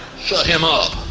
shut him up!